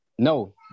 No